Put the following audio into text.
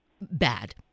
bad